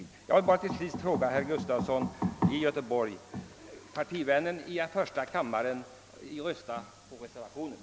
Till sist vill jag bara påpeka för herr Gustafson i Göteborg att hans partivän från södra Älvsborgs län i första kammaren röstade för reservationen.